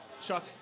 Chuck